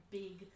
big